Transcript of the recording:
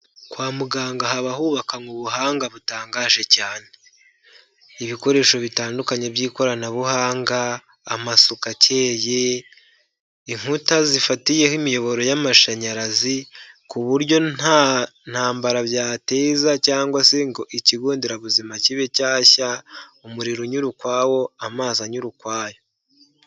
Kwa muganga haba hubakanywe ubuhanga butangaje cyane, ibikoresho bitandukanye by'ikoranabuhanga, amasuku akeye, inkuta zifatiyeho imiyoboro y'amashanyarazi ku buryo nta ntambara byateza cyangwa se ngo ikigonderabuzima kibe cyashya umuriro unyura ukwawo amazi anyura ukwayo.